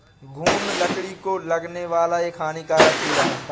घून लकड़ी को लगने वाला एक हानिकारक कीड़ा है